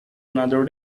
another